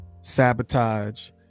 sabotage